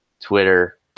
twitter